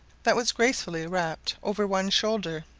that was gracefully wrapped over one shoulder,